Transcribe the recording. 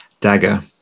dagger